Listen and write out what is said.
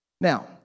Now